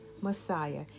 Messiah